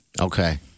Okay